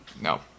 No